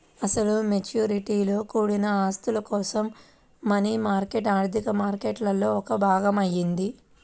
అసలు మెచ్యూరిటీలతో కూడిన ఆస్తుల కోసం మనీ మార్కెట్ ఆర్థిక మార్కెట్లో ఒక భాగం అయింది